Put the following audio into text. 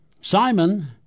Simon